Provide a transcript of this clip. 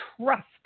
trust